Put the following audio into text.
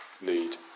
need